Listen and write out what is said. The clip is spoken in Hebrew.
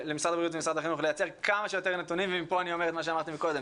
ומשרד החינוך לייצר כמה שיותר נתונים ופה אני חוזר ומבקש